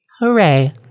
Hooray